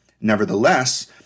Nevertheless